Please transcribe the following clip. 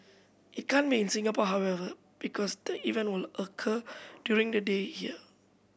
it can't be seen in Singapore however because the event will occur during the day here